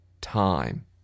time